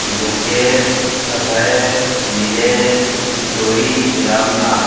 Lokesh Abhay Nilesh Kishori Ramnath